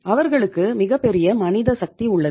அவர்களுக்கு மிகப்பெரிய மனிதசக்தி உள்ளது